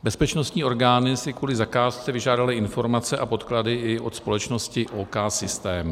Bezpečnostní orgány si kvůli zakázce vyžádaly informace a podklady i od společnosti OKsystem.